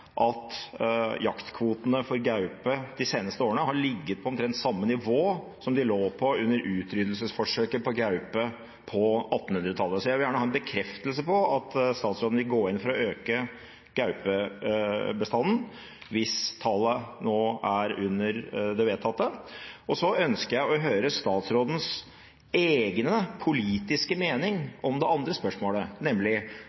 at jaktkvotene for gaupe de seneste årene har ligget på omtrent samme nivå som de lå på under utryddelsesforsøket på gaupe på 1800-tallet. Jeg vil gjerne ha en bekreftelse på at statsråden vil gå inn for å øke gaupebestanden hvis tallet nå er under det vedtatte. Så ønsker jeg å høre statsrådens egen politiske mening om det andre spørsmålet, nemlig: